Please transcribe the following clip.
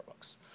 Starbucks